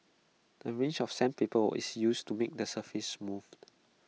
A range of sandpaper is used to make the surface smooth